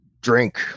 drink